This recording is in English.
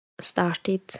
started